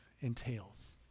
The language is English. entails